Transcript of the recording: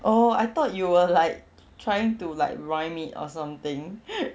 oh I thought you were like trying to like rhyme it or something